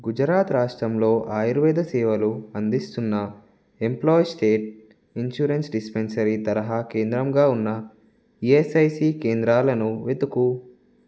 గుజరాత్ రాష్ట్రంలో ఆయుర్వేద సేవలు అందిస్తున్న ఎంప్లాయీస్ స్టేట్ ఇన్షూరెన్స్ డిస్పెన్సరీ తరహా కేంద్రంగా ఉన్న ఈఎస్ఐసి కేంద్రాలను వెతుకు